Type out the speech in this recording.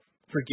forgive